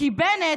כי בנט,